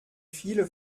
viele